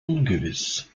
ungewiss